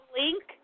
link